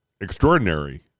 extraordinary